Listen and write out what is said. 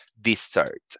dessert